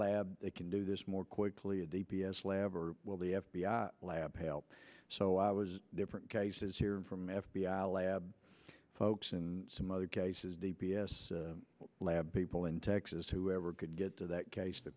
lab they can do this more quickly a d p s lab or will the f b i lab help so i was different cases here from f b i lab folks and some other cases d p s lab people in texas who ever could get to that case the